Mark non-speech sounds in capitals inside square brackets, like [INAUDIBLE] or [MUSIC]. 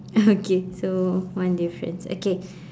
okay [LAUGHS] so one difference okay